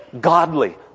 godly